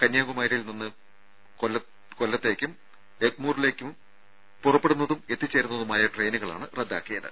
കന്യാകുമാരിയിൽ നിന്നും കൊല്ലത്തുനിന്നും എഗ്മൂറിലേക്ക് പുറപ്പെടുന്നതും എത്തിച്ചേരുന്നതുമായ ട്രെയിനുകളുമാണ് റദ്ദാക്കിയത്